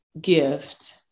gift